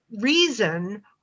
reason